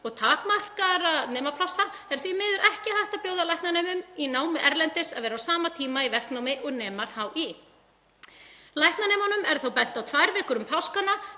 og takmarkaðra nemaplássa er því miður ekki hægt að bjóða læknanemum í námi erlendis að vera á sama tíma í verknámi og nemar í HÍ. Læknanemunum er þó bent á tvær vikur um páskana,